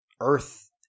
Earth